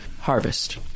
harvest